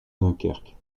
dunkerque